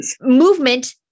movement